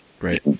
right